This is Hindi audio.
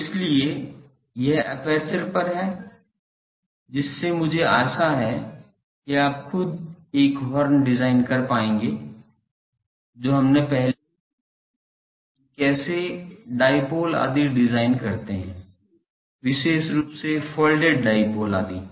तो इसलिए यह एपर्चर पर है जिससे मुझे आशा है कि आप खुद एक हॉर्न डिजाइन कर पाएंगे जो हमने पहले ही देखा है कि कैसे डाइपोल आदि डिज़ाइन करते है विशेष रूप से फोल्डेड डाइपोल आदि